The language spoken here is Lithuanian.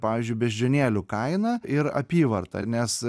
pavyzdžiui beždžionėlių kainą ir apyvartą nes